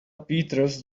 peters